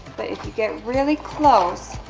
but if you get really close,